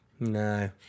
No